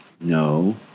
No